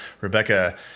Rebecca